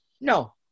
no